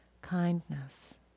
kindness